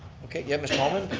okay, yeah mr. holman.